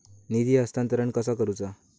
निधी हस्तांतरण कसा करुचा?